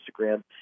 Instagram